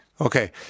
Okay